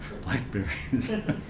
blackberries